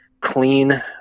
clean